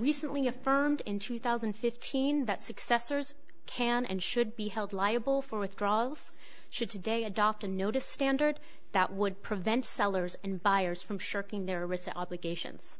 recently affirmed in two thousand and fifteen that successors can and should be held liable for withdrawals should today adopt a notice standard that would prevent sellers and buyers from shirking their risk obligations